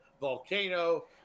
volcano